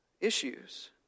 issues